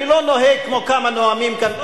אני לא נוהג כמו כמה נואמים כאן.